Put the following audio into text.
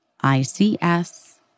i-c-s